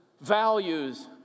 values